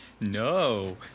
No